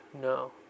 No